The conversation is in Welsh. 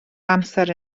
amser